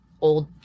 old